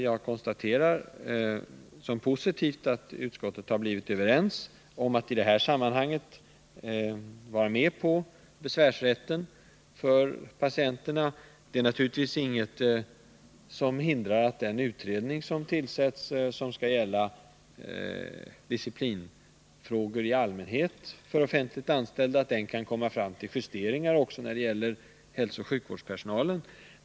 Jag konstaterar som positivt att utskottsledamöterna har blivit överens om att i detta sammanhang vara med på besvärsrätten för patienterna. Det är naturligtvis inget som hindrar att den utredning som tillsätts, och som skall gälla disciplinfrågor i allmänhet för offentligt anställda, kan komma fram till justeringar också när det gäller hälsooch sjukvården.